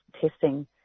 testing